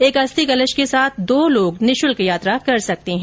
एक अस्थि कलश के साथ दो लोग निःशुल्क यात्रा कर सकते है